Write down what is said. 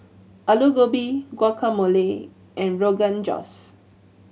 Alu Gobi Guacamole and Rogan Josh